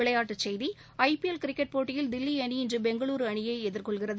விளையாட்டுச் செய்திகள் IPL cricket போட்டியில் தில்லி அணிஇன்று பெங்களூரு அணியை எதிர்கொள்கிறது